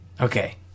Okay